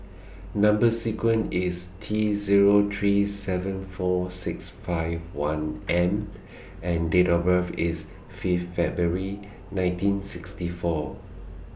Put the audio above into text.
Number sequence IS T Zero three seven four six five one M and Date of birth IS Fifth February nineteen sixty four